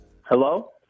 Hello